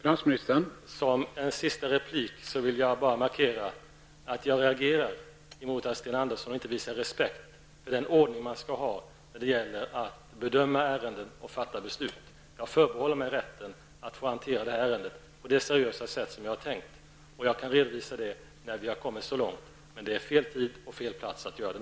Herr talman! Som en sista replik vill jag bara markera att jag reagerar mot att Sten Andersson i Malmö inte visar respekt för den ordning som man skall iaktta när det gäller att bedöma ärenden och fatta beslut. Jag förbehåller mig rätten att få hantera detta ärende på det seriösa sätt som jag har tänkt behandla det på. Jag tänker redovisa det när vi har kommit så långt, men detta är fel tid och plats att göra det.